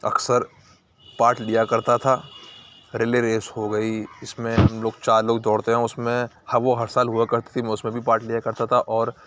اکثر پارٹ لیا کرتا تھا ریلے ریس ہو گئی اس میں ہم لوگ چار لوگ دوڑتے ہیں اس میں ہو وہ ہر سال ہوا کرتی تھی میں اس میں بھی پارٹ لیا کرتا تھا اور